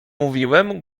mówiłem